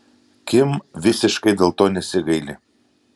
kim visiškai dėl to nesigaili